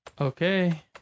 Okay